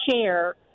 share